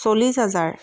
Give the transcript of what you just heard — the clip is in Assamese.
চল্লিছ হাজাৰ